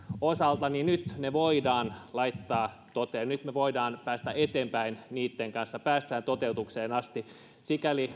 osalta voidaan nyt laittaa toteen nyt me voimme päästä eteenpäin niitten kanssa pääsemme toteutukseen asti sikäli